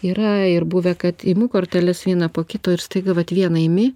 yra ir buvę kad imu korteles vieną po kito ir staiga vat vieną imi